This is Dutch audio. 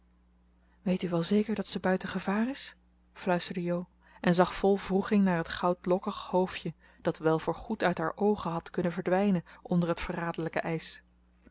weet u wel zeker dat ze buiten gevaar is fluisterde jo en zag vol wroeging naar het goudlokkig hoofdje dat wel voor goed uit haar oogen had kunnen verdwijnen onder het verraderlijke ijs